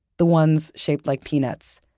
the ones shaped like peanuts,